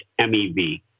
MeV